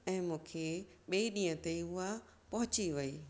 ऐं मूंखे ॿिए ॾींहं ते हूअ पहुची वई